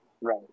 Right